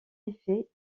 effet